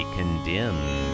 condemn